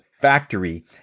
factory